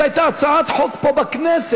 זאת הייתה הצעת חוק פה בכנסת,